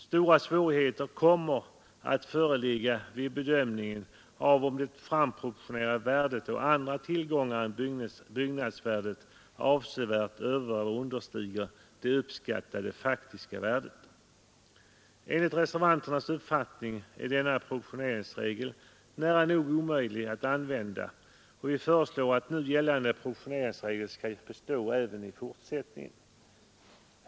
Stora svårigheter kommer att föreligga vid bedömning av om det framproportionerade värdet på andra tillgångar än byggnadsvärdet avsevärt övereller understiger det uppskattade faktiska värdet. Vi reservanter anser att denna proportioneringsregel är nära nog omöjlig att använda, och vi föreslår att nu gällande proportioneringsregler skall bestå även i fortsättningen.